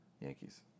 Yankees